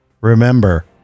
remember